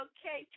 Okay